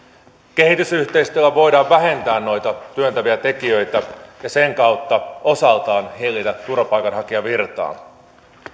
kehitysyhteistyöllä voidaan vähentää noita työntäviä tekijöitä ja sen kautta osaltaan hillitä turvapaikanhakijavirtaa